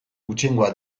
gutxiengoa